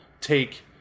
take